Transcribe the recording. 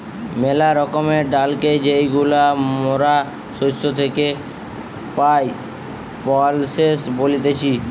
মেলা রকমের ডালকে যেইগুলা মরা শস্য থেকি পাই, পালসেস বলতিছে